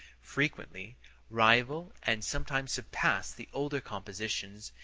frequently rival and sometimes surpass the older compositions,